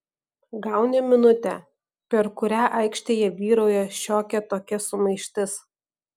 gauni minutę per kurią aikštėje vyrauja šiokia tokia sumaištis